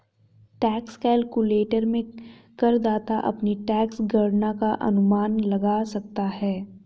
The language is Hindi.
टैक्स कैलकुलेटर में करदाता अपनी टैक्स गणना का अनुमान लगा सकता है